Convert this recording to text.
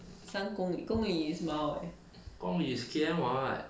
三公里公里 is mile leh